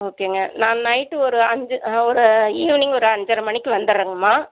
ஓகேங்க நான் நைட்டு ஒரு அஞ்சு ஒரு ஈவ்னிங் ஒரு அஞ்சரை மணிக்கு வந்துட்றேங்கம்மா